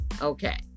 okay